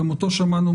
גם אותו שמענו,